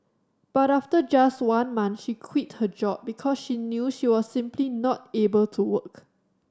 but after just one month she quit her job because she knew she was simply not able to work